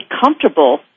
comfortable